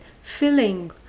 filling